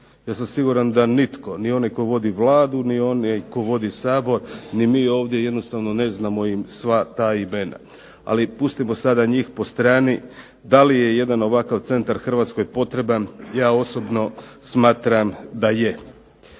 Ja sam siguran da nitko, ni onaj tko vodi Vladu, ni onaj tko vodi Sabor, ni mi ovdje jednostavno ne znamo im sva ta imena. Ali pustimo sada njih po strani. Da li je jedan ovakav centar Hrvatskoj potreban? Ja osobno smatram da je.